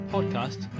Podcast